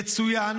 יצוין